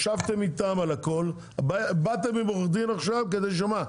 ישבתם איתם על הכל, באתם עם עורך דין כדי שמה?